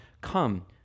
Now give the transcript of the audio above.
come